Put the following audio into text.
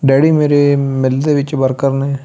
daddy ਮੇਰੇ ਮਿੱਲ ਦੇ ਵਿੱਚ ਵਰਕਰ ਨੇ